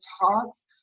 talks